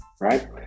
right